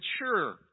mature